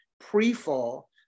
pre-fall